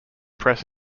press